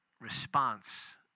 response